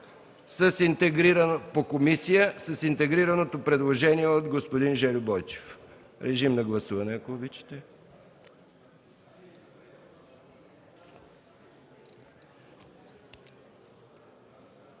по комисия, с интегрираното предложение от господин Жельо Бойчев. Гласувайте, ако обичате.